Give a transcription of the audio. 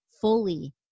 fully